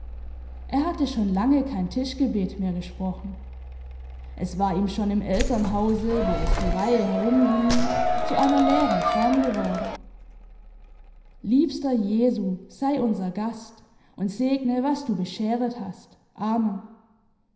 er hatte schon lange kein tischgebet mehr gesprochen es war ihm schon im elternhause wo es die reihe herumging zu einer leeren form geworden liebster jesu sei unser gast und segne was du bescheret hast amen